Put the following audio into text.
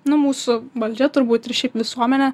nu mūsų valdžia turbūt ir šiaip visuomenė